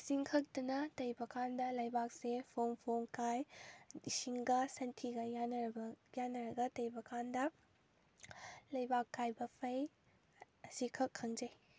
ꯏꯁꯤꯡ ꯈꯛꯇꯅ ꯇꯩꯕꯀꯟꯗ ꯂꯩꯕꯥꯛꯁꯦ ꯐꯣꯡ ꯐꯣꯡ ꯀꯥꯏ ꯏꯁꯤꯡꯒ ꯁꯥꯟꯊꯤꯒ ꯌꯥꯅꯔꯕ ꯌꯥꯅꯔꯒ ꯇꯩꯕ ꯀꯥꯟꯗ ꯂꯩꯕꯥꯛ ꯀꯥꯏꯕ ꯐꯩ ꯑꯁꯤꯈꯛ ꯈꯪꯖꯩ